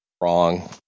Wrong